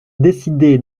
décidé